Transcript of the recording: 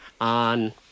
on